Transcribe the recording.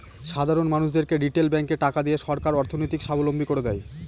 সাধারন মানুষদেরকে রিটেল ব্যাঙ্কে টাকা দিয়ে সরকার অর্থনৈতিক সাবলম্বী করে দেয়